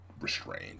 restrained